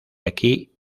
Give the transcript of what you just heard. aquí